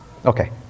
Okay